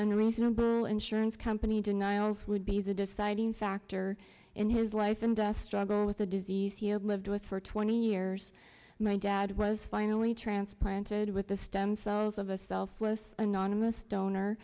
unreasonable insurance company denials would be the deciding factor in his life and death struggle with the disease lived with for twenty years my dad was finally transplanted with the stem cells of a selfless anonymous donor